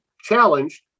challenged